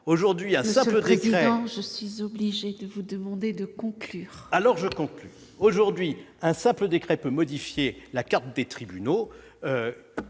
Monsieur le président, je suis obligée de vous demander de conclure. Alors, je conclus. Aujourd'hui, un simple décret peut modifier la carte des tribunaux.